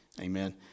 Amen